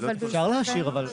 אבל נעה,